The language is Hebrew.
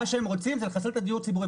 מה שהם רוצים זה לחסל את הדיור הציבורי.